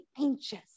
anxious